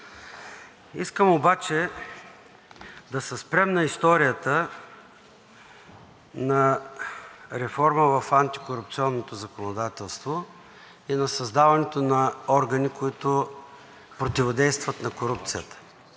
Искам обаче да се спрем на историята на реформа в антикорупционното законодателство и на създаването на органи, които противодействат на корупцията,